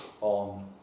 on